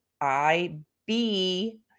IB